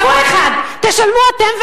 שבוע אחד תשלמו אתם,